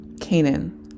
Canaan